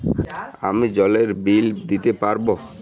আমি জলের বিল দিতে পারবো?